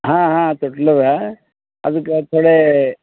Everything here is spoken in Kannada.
ಹಾಂ ಹಾಂ ತೊಟ್ಲು ಅದೆ ಅದಕ್ಕ ತೊಡೇ